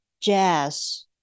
jazz